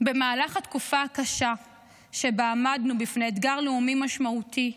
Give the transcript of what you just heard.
במהלך התקופה הקשה שבה עמדנו בפני אתגר לאומי משמעותי,